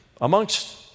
amongst